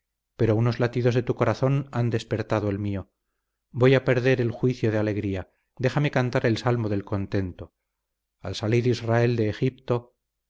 pero los latidos de tu corazón han despertado el mío voy a perder el juicio de alegría déjame cantar el salmo del contento al salir israel de egipto